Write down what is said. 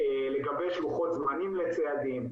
ולגבש לוחות זמנים לצעדים.